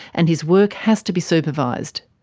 and his work has to be supervised.